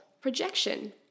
projection